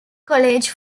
college